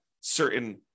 certain